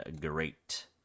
great